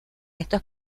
estos